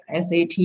SAT